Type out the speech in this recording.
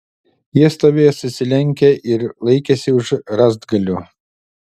jie stovėjo susilenkę ir laikėsi už rąstgalių